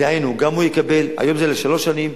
דהיינו, היום זה לשלוש שנים.